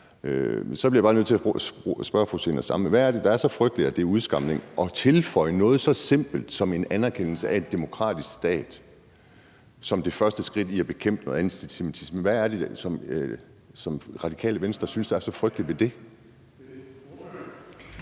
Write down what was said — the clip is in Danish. Så bliver jeg bare nødt til at spørge fru Zenia Stampe, hvad det er, der er så frygteligt, at det er en udskamning, ved at tilføje noget så simpelt som en anerkendelse af en demokratisk stat som det første skridt i at bekæmpe en antisemitisme. Hvad er det, som Radikale Venstre synes er så frygteligt ved det?